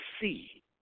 see